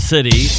City